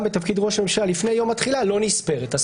בתפקיד ראש ממשלה לפני יום התחילה לא נספרת.